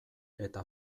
eta